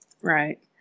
Right